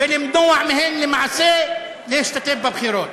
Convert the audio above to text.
ולמנוע מהם למעשה להשתתף בבחירות.